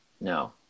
No